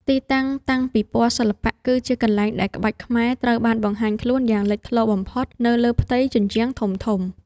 ទីតាំងតាំងពិព័រណ៍សិល្បៈ គឺជាកន្លែងដែលក្បាច់ខ្មែរត្រូវបានបង្ហាញខ្លួនយ៉ាងលេចធ្លោបំផុតនៅលើផ្ទាំងជញ្ជាំងធំៗ។